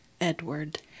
Edward